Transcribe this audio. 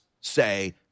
say